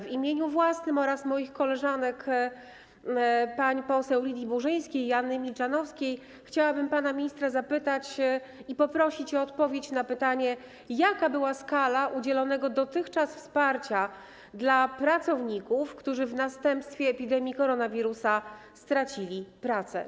W imieniu własnym oraz moich koleżanek, pani poseł Lidii Burzyńskiej i pani poseł Joanny Milczanowskiej, chciałabym pana ministra poprosić o odpowiedź na pytanie: Jaka była skala udzielonego dotychczas wsparcia dla pracowników, którzy w następstwie epidemii koronawirusa stracili pracę?